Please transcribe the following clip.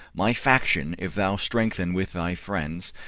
my faction if thou strengthen with thy friends,